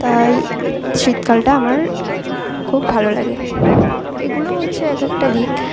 তাই শীতকালটা আমার খুব ভালো লাগে এগুলো হচ্ছে এক একটা দিক